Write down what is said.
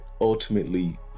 ultimately